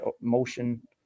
motion